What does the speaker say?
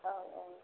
औ औ